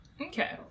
Okay